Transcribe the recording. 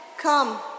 Come